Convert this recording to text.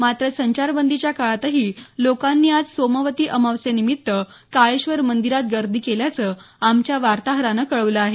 मात्र संचारबंदीच्या काळातही लोकांनी आज सोमवती अमावस्थेनिमित्त काळेश्वर मंदिरात गर्दी केल्याचं आमच्या वार्ताहरानं कळवलं आहे